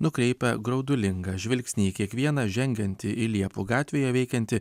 nukreipia graudulingą žvilgsnį į kiekvieną žengiantį į liepų gatvėje veikiantį